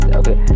okay